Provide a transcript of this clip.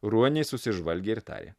ruoniai susižvalgė ir tarė